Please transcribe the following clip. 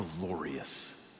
glorious